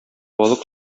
балык